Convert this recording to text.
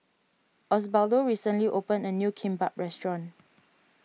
Osbaldo recently opened a new Kimbap restaurant